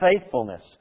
faithfulness